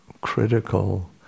critical